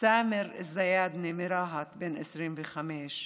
סאמר א-זיאדנה מרהט, בן 25,